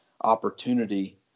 opportunity